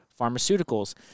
pharmaceuticals